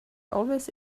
always